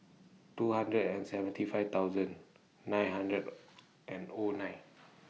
two hundred and seventy five thousand nine hundred and O nine